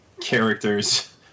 characters